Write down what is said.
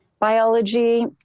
biology